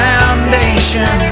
foundation